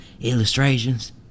illustrations